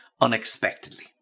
unexpectedly